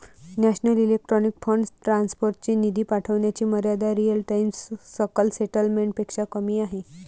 national electronic fund transfer ची निधी पाठविण्याची मर्यादा रिअल टाइम सकल सेटलमेंट पेक्षा कमी आहे